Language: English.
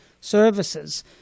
services